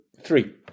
Three